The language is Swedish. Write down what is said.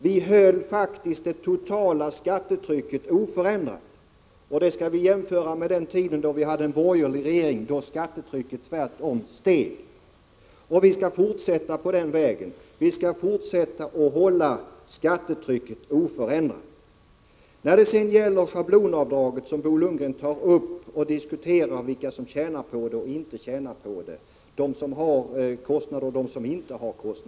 Vi höll faktiskt det totala skattetrycket oförändrat. Det skall jämföras med den tid när vi hade en borgerlig regering. Då steg skattetrycket. Vi skall fortsätta att hålla skattetrycket oförändrat. Bo Lundgren diskuterar frågan vilka som tjänar resp. som inte tjänar på schablonavdraget.